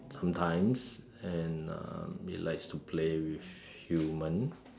sometimes and um it likes to play with human